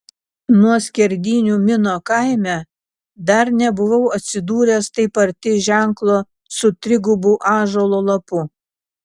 nuo skerdynių mino kaime dar nebuvau atsidūręs taip arti ženklo su trigubu ąžuolo lapu